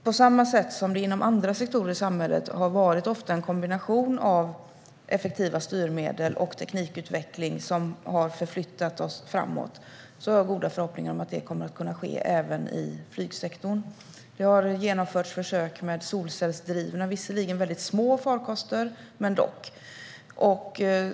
På samma sätt som det inom andra sektorer i samhället ofta har varit en kombination av effektiva styrmedel och teknikutveckling som har förflyttat oss framåt har jag goda förhoppningar om att det kommer att kunna ske även i flygsektorn. Det har genomförts försök med solcellsdrivna farkoster, visserligen väldigt små farkoster men dock.